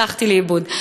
הלכתי לאיבוד.